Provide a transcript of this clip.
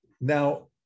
Now